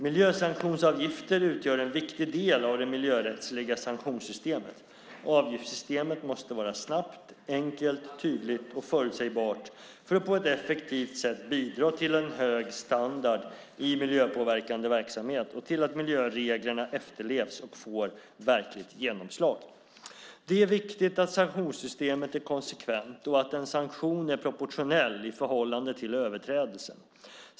Miljösanktionsavgifter utgör en viktig del av det miljörättsliga sanktionssystemet. Avgiftssystemet måste vara snabbt, enkelt, tydligt och förutsägbart för att på ett effektivt sätt bidra till en hög standard i miljöpåverkande verksamhet och till att miljöreglerna efterlevs och får verkligt genomslag. Det är viktigt att sanktionssystemet är konsekvent och att en sanktion är proportionell i förhållande till överträdelsen.